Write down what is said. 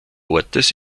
ortes